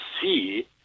see